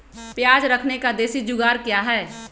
प्याज रखने का देसी जुगाड़ क्या है?